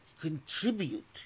contribute